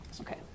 Okay